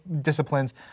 disciplines